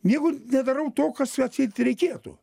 nieko nedarau to kas atseit reikėtų